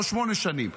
לא שמונה שנים,